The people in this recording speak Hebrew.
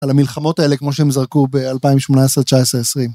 על המלחמות האלה כמו שהם זרקו ב-2018-2019-2020.